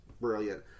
brilliant